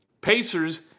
Pacers